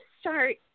start